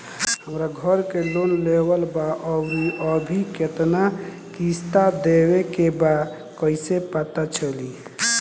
हमरा घर के लोन लेवल बा आउर अभी केतना किश्त देवे के बा कैसे पता चली?